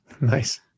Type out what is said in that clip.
Nice